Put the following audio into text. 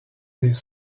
des